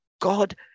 God